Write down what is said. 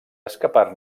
escapar